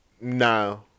No